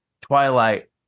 Twilight